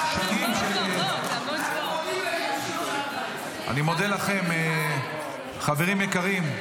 אני מודה לכם, חברים יקרים.